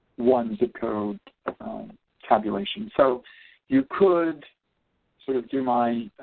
one zip code tabulation so you could sort of do my